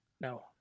No